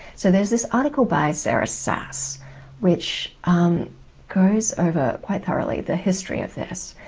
so there's this article by sarah sass which goes over quite thoroughly the history of this.